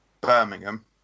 Birmingham